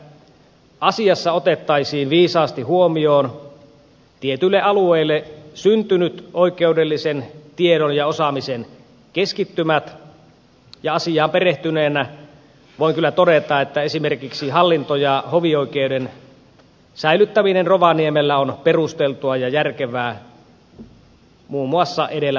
toivon että asiassa otettaisiin viisaasti huomioon tietyille alueille syntyneet oikeudellisen tiedon ja osaamisen keskittymät ja asiaan perehtyneenä voin kyllä todeta että esimerkiksi hallinto ja hovioikeuden säilyttäminen rovaniemellä on perusteltua ja järkevää muun muassa edellä mainitusta syystä